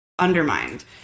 Undermined